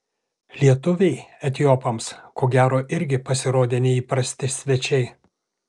lietuviai etiopams ko gero irgi pasirodė neįprasti svečiai